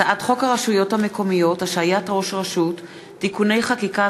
הצעת חוק הרשויות המקומיות (השעיית ראש רשות) (תיקוני חקיקה),